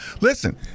Listen